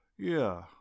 Yeah